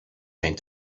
zijn